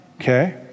Okay